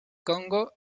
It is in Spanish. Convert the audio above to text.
congo